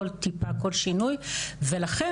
כל שינוי ולכן,